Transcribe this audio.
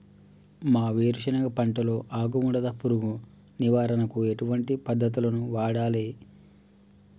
మా వేరుశెనగ పంటలో ఆకుముడత పురుగు నివారణకు ఎటువంటి పద్దతులను వాడాలే?